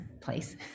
place